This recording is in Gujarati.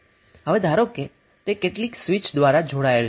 હવે ધારો કે તે કેટલીક સ્વીચ દ્વારા જોડાયેલ છે